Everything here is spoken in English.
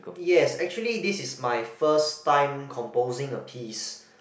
yes actually this is my first time composing a piece